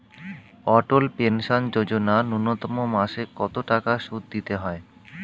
অটল pension Yojana ন্যূনতম মাসে কত টাকা সুধ দিতে হয়?